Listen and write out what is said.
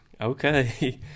Okay